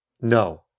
No